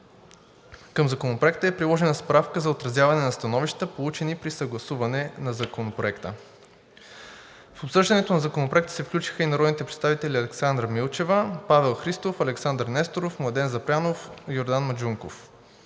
Към Законопроекта е приложена Справка за отразяване на становища, получени при съгласуване на законопроекта. В обсъждането на законопроекта се включиха и народните представители Александра Милчева, Павел Христов, Александър Несторов, Младен Запрянов, Йордан Манджуков.